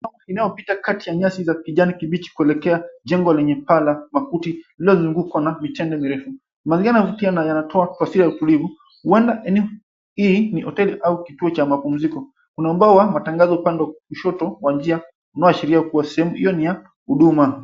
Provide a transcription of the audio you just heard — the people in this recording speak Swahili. ...inayopita kati ya nyasi za kijani kibichi kuelekea jengo lenye para makuti lililozungukwa na mitende mirefu. Mazingira yanavutia na yanatoa taswira ya utulivu. Huenda hii ni hoteli au kituo cha mapumziko. Kuna ubao wa matangazo upande wa kushoto wa njia unaashiria kuwa sehemu hiyo ni ya huduma.